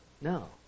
No